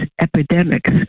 epidemics